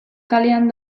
kalean